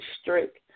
strict